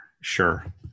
Sure